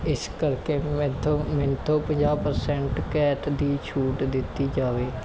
ਇਸ ਕਰਕੇ ਮੈਥੋਂ ਮੇਰੇ ਤੋਂ ਪੰਜਾਹ ਪਰਸੈਂਟ ਕੈਤ ਦੀ ਛੂਟ ਦਿੱਤੀ ਜਾਵੇ